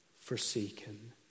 forsaken